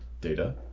Data